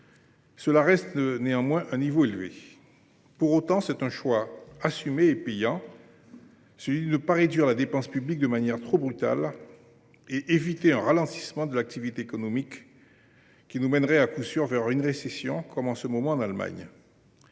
Cela reste néanmoins un niveau élevé. Pour autant, cela procède d’un choix assumé et payant, celui de ne pas réduire la dépense publique de manière trop brutale, afin d’éviter un ralentissement de l’activité économique ; cela nous mènerait à coup sûr vers une récession comme en ce moment en Allemagne.